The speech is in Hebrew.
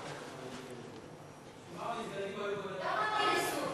ההצעה להעביר את הנושא